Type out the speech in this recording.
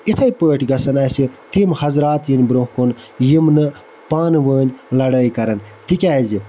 یِتھَے پٲٹھۍ گَژھن اَسہِ تِم حضرات یِنۍ برٛونٛہہ کُن یِم نہٕ پانہٕ ؤنۍ لَڑٲے کَرَن تِکیازِ